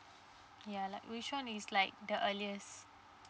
ya like which one is like the earliest